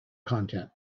content